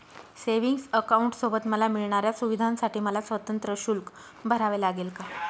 Savings अकाउंटसोबत मला मिळणाऱ्या सुविधांसाठी मला स्वतंत्र शुल्क भरावे लागेल का?